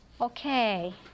Okay